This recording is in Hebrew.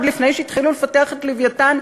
עוד לפני שהתחילו לפתח את "לווייתן",